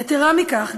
יתרה מכך,